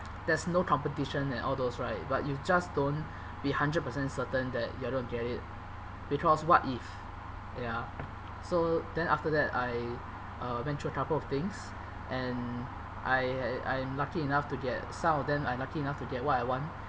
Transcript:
there's no competition and all those right but you just don't be hundred percent certain that you're going to get it because what if ya so then after that I uh went through a couple of things and I had I'm lucky enough to get some of them I'm lucky enough to get what I want